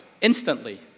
instantly